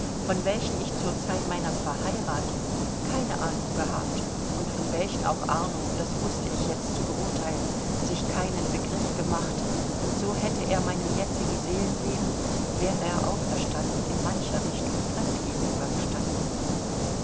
von welchen ich zur zeit meiner verheiratung keine ahnung gehabt und von welchen auch arno das wußte ich jetzt zu beurteilen sich keinen begriff gemacht und so hätte er meinem jetzigen seelenleben wäre er auferstanden in mancher richtung fremd gegenüber gestanden